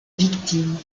victimes